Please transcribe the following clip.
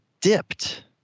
dipped